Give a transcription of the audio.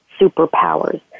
superpowers